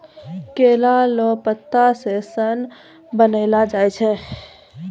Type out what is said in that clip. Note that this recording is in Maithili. केला लो पत्ता से सन बनैलो जाय छै